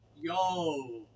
Yo